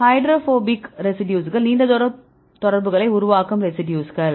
hydrophobic ரெசிடியூஸ்கள் நீண்ட தூர தொடர்புகளை உருவாக்கும் ரெசிடியூஸ்கள்